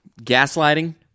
gaslighting